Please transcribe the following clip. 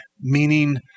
meaning